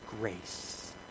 grace